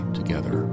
together